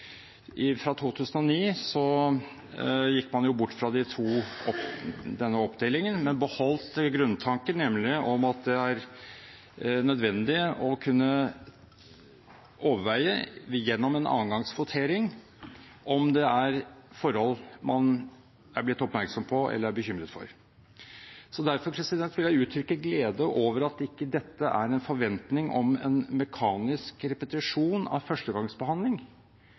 lovprosessen. Fra 2009 gikk man bort fra denne oppdelingen, men beholdt grunntanken om at det er nødvendig å kunne overveie – gjennom en andre gangs votering – om det er forhold man er blitt oppmerksom på eller er bekymret for. Derfor vil jeg uttrykke glede over at ikke dette er en forventning om en mekanisk repetisjon av